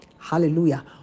Hallelujah